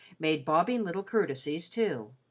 made bobbing little courtesies too.